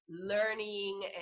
learning